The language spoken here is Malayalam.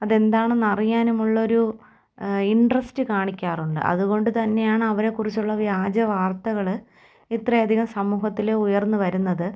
അതെന്താണെന്നറിയാനുമുള്ളൊരു ഇൻട്രസ്റ്റ് കാണിക്കാറുണ്ട് അതുകൊണ്ടു തന്നെയാണവരെ കുറിച്ചുള്ള വ്യാജ വാർത്തകൾ ഇത്രയധികം സമൂഹത്തിൽ ഉയർന്നു വരുന്നത്